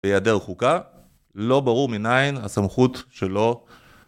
בהיעדר חוקה, לא ברור מנין הסמכות שלו